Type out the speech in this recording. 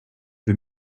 wir